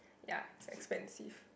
ya is expensive